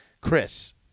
Chris